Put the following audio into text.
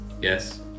Yes